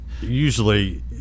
Usually